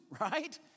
right